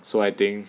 so I think